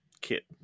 kit